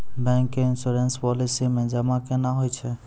Bank के insurance policy मे जमा केना होय छै?